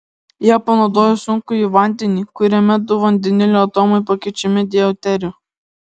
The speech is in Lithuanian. jie panaudojo sunkųjį vandenį kuriame du vandenilio atomai pakeičiami deuteriu